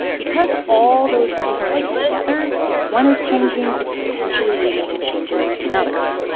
because all those things are linked together, if one is changing, it's potentially leading to changes in others.